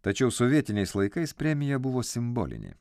tačiau sovietiniais laikais premija buvo simbolinė